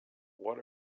what